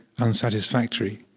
unsatisfactory